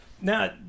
Now